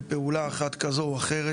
בפעולה אחת כזו או אחרת,